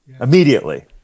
immediately